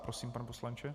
Prosím, pane poslanče.